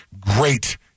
great